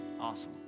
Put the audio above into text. Awesome